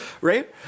right